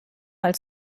mal